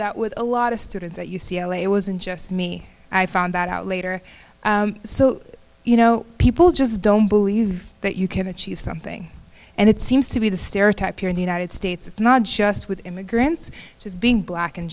that with a lot of students at u c l a it wasn't just me i found that out later so you know people just don't believe that you can achieve something and it seems to be the stereotype here in the united states it's not just with immigrants just being black in